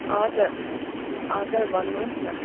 हजुर हजुर भन्नुहोस् न